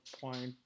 point